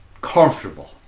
comfortable